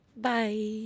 Bye